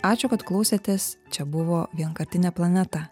ačiū kad klausėtės čia buvo vienkartinė planeta